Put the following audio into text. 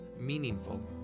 meaningful